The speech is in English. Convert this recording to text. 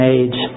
age